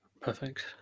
Perfect